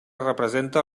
representa